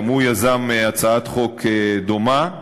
גם הוא יזם הצעת חוק דומה,